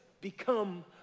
become